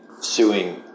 suing